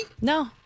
no